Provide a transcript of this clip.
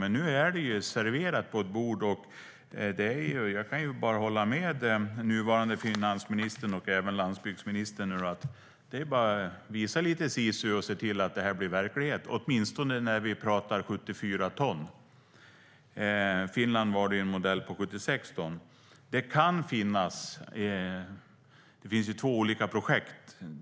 Men nu är det serverat på ett bord, och jag kan bara hålla med den nuvarande finansministern och även landsbygdsministern om att det bara är att visa lite sisu och se till att det här blir verklighet, åtminstone när vi pratar 74 ton. I Finland var det en modell på 76 ton. Det finns två olika projekt.